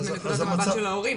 זה מנקודת המבט של ההורים,